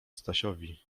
stasiowi